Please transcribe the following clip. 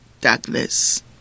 darkness